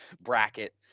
bracket